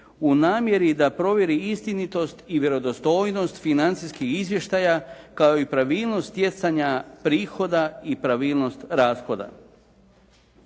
u namjeri da provjeri istinitost i vjerodostojnost financijskih izvještaja kao i pravilnost stjecanja prihoda i pravilnost rashoda.